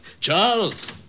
Charles